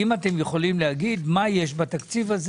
אם אתם יכולים לומר מה יש בתקציב הזה